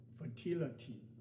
fertility